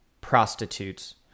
prostitutes